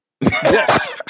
Yes